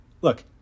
Look